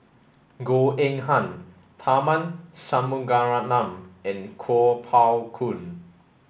Goh Eng Han Tharman Shanmugaratnam and Kuo Pao Kun